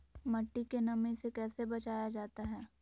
मट्टी के नमी से कैसे बचाया जाता हैं?